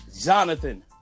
Jonathan